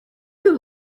you